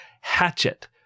Hatchet